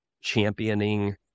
championing